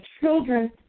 children